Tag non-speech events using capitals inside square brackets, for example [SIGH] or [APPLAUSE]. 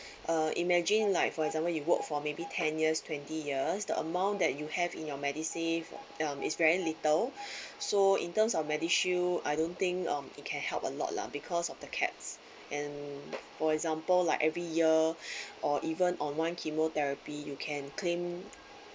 uh imagine like for example you work for maybe ten years twenty years the amount that you have in your MediSave um it's very little [BREATH] so in terms of MediShield I don't think um it can help a lot lah because of the caps and for example like every year [BREATH] or even on one chemotherapy you can claim